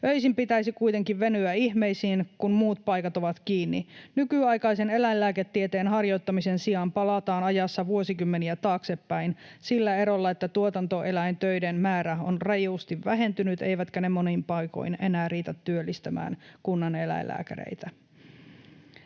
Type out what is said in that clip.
Öisin pitäisi kuitenkin venyä ihmeisiin, kun muut paikat ovat kiinni. Nykyaikaisen eläinlääketieteen harjoittamisen sijaan palataan ajassa vuosikymmeniä taaksepäin sillä erolla, että tuotantoeläintöiden määrä on rajusti vähentynyt eivätkä ne monin paikoin enää riitä työllistämään kunnaneläinlääkäreitä.